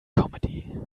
comedy